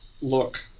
look